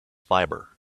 fibre